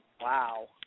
Wow